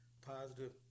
positive